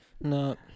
No